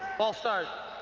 false start,